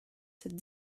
cette